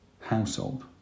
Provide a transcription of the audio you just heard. household